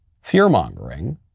fear-mongering